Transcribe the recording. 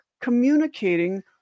communicating